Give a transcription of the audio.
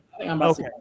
Okay